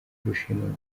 kurushingana